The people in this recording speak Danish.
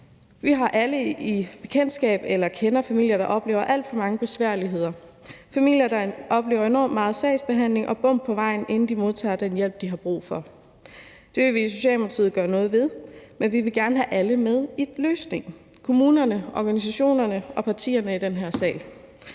Vi har alle kendskab til eller kender familier, der oplever alt for mange besværligheder – familier, der oplever enormt meget sagsbehandling og bump på vejen, inden de modtager den hjælp, de har brug for. Det vil vi i Socialdemokratiet gøre noget ved, men vi vil gerne have alle med i løsningen: kommunerne, organisationerne og partierne i den her sal.